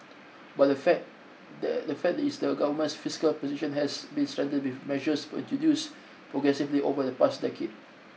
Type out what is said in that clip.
but the fact the fact is the Government's fiscal position has been strengthened with measures introduced progressively over the past decade